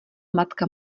matka